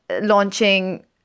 launching